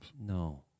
No